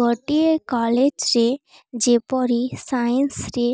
ଗୋଟିଏ କଲେଜ୍ରେ ଯେପରି ସାଇନ୍ସରେ